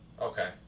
Okay